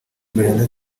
brenda